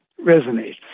resonates